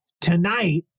tonight